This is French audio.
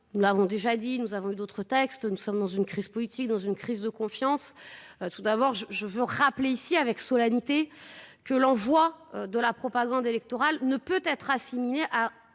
nous avons déjà dit, nous avons eu d'autres textes, nous sommes dans une crise politique, dans une crise de confiance. Tout d'abord, je veux rappeler ici avec solennité que l'envoi de la propagande électorale ne peut être assimilé à